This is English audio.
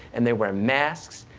and they wear masks,